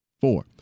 Four